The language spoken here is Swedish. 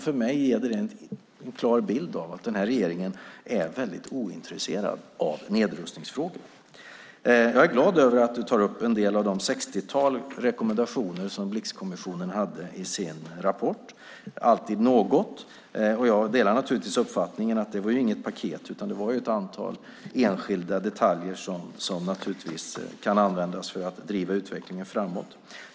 För mig ger detta en klar bild av att den här regeringen är ointresserad av nedrustningsfrågor. Jag är glad över att du tar upp en del av det sextiotalet rekommendationer som Blixkommissionen lade fram i sin rapport. Det är alltid något. Jag delar naturligtvis uppfattningen att det inte var ett paket utan ett antal enskilda detaljer som kan användas för att driva utvecklingen framåt.